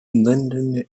linden